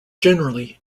generally